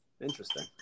Interesting